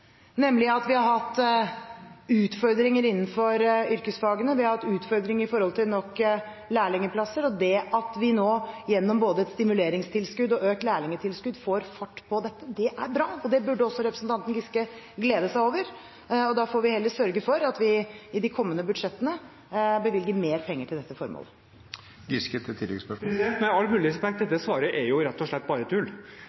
nemlig at vi har hatt utfordringer innenfor yrkesfagene, og vi har hatt utfordringer med hensyn til nok lærlingplasser. Det at vi nå gjennom både et stimuleringstilskudd og økt lærlingtilskudd får fart på dette, er bra. Det burde også representanten Giske glede seg over. Da får vi heller sørge for at vi i de kommende budsjettene bevilger mer penger til dette formålet.